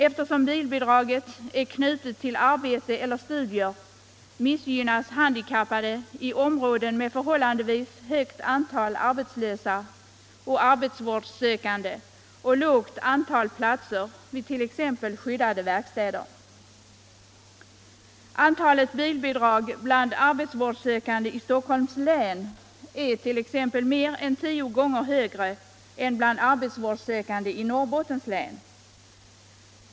Eftersom bilbidraget är knutet till arbete eller studier, missgynnas handikappade i områden med förhållandevis högt antal arbetslösa och arbetsvårdssökande och lågt antal platser vid t.ex. skyddade verkstäder. Antalet bilbidrag bland arbetsvårdssökande i Stockholms län är mer än tio gånger högre än bland arbetsvårdssökande i Norrbottens län.